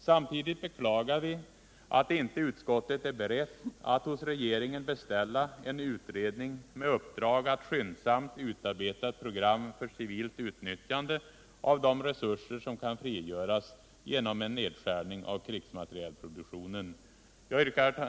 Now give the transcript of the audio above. Samtidigt beklagar vi att utskottet inte är berett att hos regeringen beställa en utredning med uppdrag att skyndsamt utarbeta ett program för civilt utnyttjande av de resurser som kan frigöras genom en nedskärning av krigsmaterielproduktionen. Herr talman!